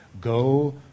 Go